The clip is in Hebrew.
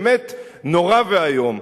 באמת נורא ואיום.